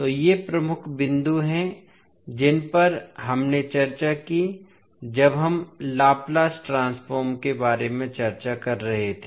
तो ये प्रमुख बिंदु हैं जिन पर हमने चर्चा की जब हम लाप्लास ट्रांसफॉर्म के बारे में चर्चा कर रहे थे